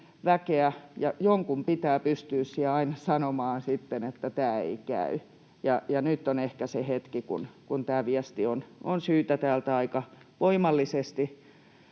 jonkun pitää pystyä aina sanomaan sitten, että tämä ei käy. Nyt on ehkä se hetki, kun tämä viesti on syytä aika voimallisesti